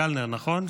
קלנר, נכון?